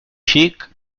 xic